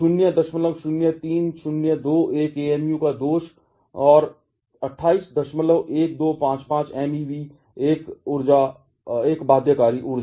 003021 AMU का दोष और 281255 MeV की एक बाध्यकारी ऊर्जा